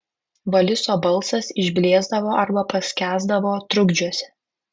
voliso balsas išblėsdavo arba paskęsdavo trukdžiuose